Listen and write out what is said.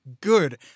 good